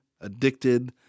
addicted